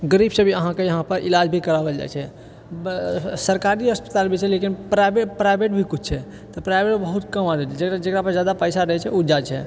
गरीब सब अहाँके यहाँ पऽ इलाज भी करवावै ला जाइत छै सरकारी अस्पताल भी छै लेकिन प्राइवेट प्राइवेट भी किछु छै तऽ प्राइवेट बहुत कम जकरा पास जादा पैसा रहै छै ओ जाइत छै